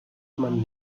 man